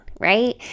right